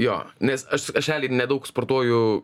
jo nes aš aš eliai nedaug sportuoju